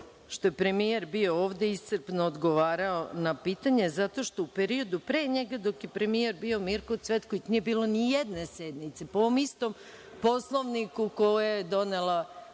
što je premijer bio ovde, iscrpno odgovarao na pitanja zato što u periodu pre njega dok je premijer bio Mirko Cvetković nije bilo ni jedne sednice po ovom istom Poslovniku, koji je donela